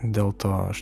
dėl to aš